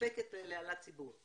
מספקת לציבור.